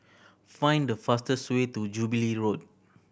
find the fastest way to Jubilee Road